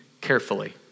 carefully